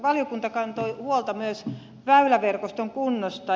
valiokunta kantoi huolta myös väyläverkoston kunnosta